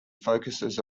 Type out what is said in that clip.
focuses